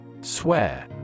Swear